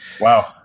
Wow